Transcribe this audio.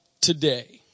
today